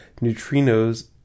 neutrinos